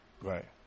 Right